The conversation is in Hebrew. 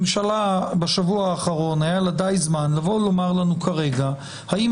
ממשלה בשבוע האחרון היה לה די זמן לבוא ולומר לנו כרגע האם